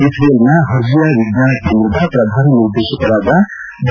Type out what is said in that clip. ಇಸ್ರೇಲ್ನ ಹರ್ಜಿಯಾ ವಿಜ್ಞಾನ ಕೇಂದ್ರದ ಪ್ರಧಾನ ನಿರ್ದೇಶಕರಾದ ಡಾ